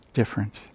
different